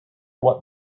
what